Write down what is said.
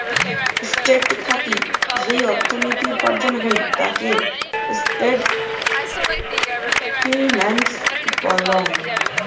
trade থাকি যেই অর্থনীতি উপার্জন হই তাকে ট্রেড ফিন্যান্স বলং